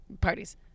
parties